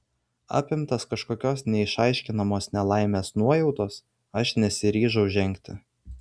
apimtas kažkokios neišaiškinamos nelaimės nuojautos aš nesiryžau žengti